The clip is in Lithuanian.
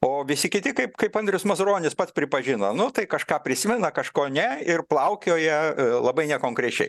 o visi kiti kaip kaip andrius mazuronis pats pripažino nu tai kažką prisimena kažko ne ir plaukioja labai nekonkrečiai